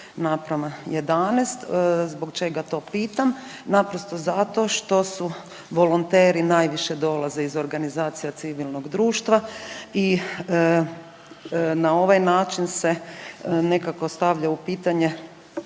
bio 10:11. Zbog čega to pitam? Naprosto zato što su volonteri najviše dolaze iz organizacija civilnog društva i na ovaj način se nekako stavlja u pitanje